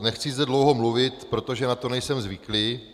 Nechci zde dlouho mluvit, protože na to nejsem zvyklý.